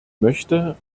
möchte